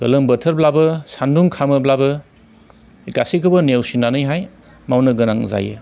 गोलोम बोथोरब्लाबो सान्दुं खामोब्लाबो गासैखौबो नेवसिनानैहाय मावनो गोनां जायो